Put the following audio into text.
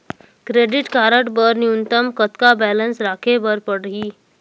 Credit card बर न्यूनतम कतका बैलेंस राखे बर पड़ही?